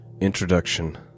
introduction